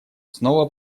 снова